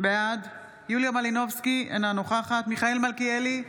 בעד יוליה מלינובסקי, אינה נוכחת מיכאל מלכיאלי,